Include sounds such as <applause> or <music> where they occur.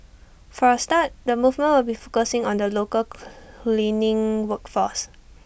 for A start the movement will be focusing on the local <noise> cleaning work force